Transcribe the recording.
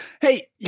hey